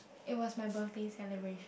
it was my birthday celebration